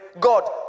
God